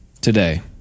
today